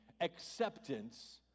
acceptance